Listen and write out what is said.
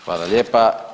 Hvala lijepa.